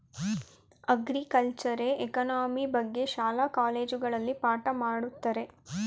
ಅಗ್ರಿಕಲ್ಚರೆ economy ಬಗ್ಗೆ ಶಾಲಾ ಕಾಲೇಜುಗಳಲ್ಲಿ ಪಾಠ ಮಾಡತ್ತರೆ